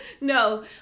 No